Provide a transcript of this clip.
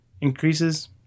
increases